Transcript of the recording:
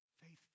faithful